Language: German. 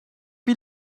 wie